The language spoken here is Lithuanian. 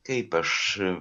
kaip aš